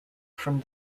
from